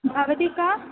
भवती का